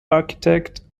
architect